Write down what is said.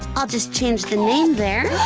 i'll just change the name there.